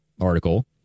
article